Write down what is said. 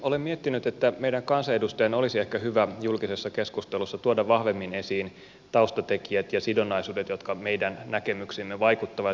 olen miettinyt että meidän kansanedustajien olisi ehkä hyvä julkisessa keskustelussa tuoda vahvemmin esiin taustatekijät ja sidonnaisuudet jotka meidän näkemyksiimme vaikuttavat